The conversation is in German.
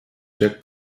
der